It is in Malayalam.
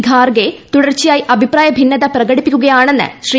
ഖാർഗെ ്തുടർച്ച യായി അഭിപ്രായ ഭിന്നത പ്രകടിപ്പിക്കുകയാണെന്ന് ശ്രീ